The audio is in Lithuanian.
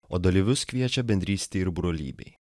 o dalyvius kviečia bendrystei ir brolybei